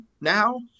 now